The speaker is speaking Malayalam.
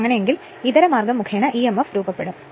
അതിനാൽഅങ്ങനെയെങ്കിൽ ഇതരമാർഗം മുഖേന ഇ എം എഫ് രൂപപ്പെടും